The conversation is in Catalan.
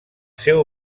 seu